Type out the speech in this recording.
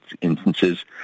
instances